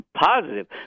positive